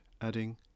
adding